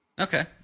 Okay